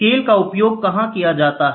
scale का उपयोग कहां किया जाता है